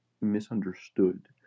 misunderstood